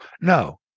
No